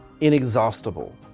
Inexhaustible